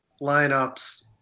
lineups